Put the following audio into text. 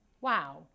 Wow